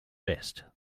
vest